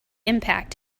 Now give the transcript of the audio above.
impact